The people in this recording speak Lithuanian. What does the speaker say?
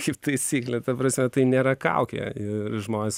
kaip taisyklė ta prasme tai nėra kaukė ir žmonės